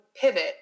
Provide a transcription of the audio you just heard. pivot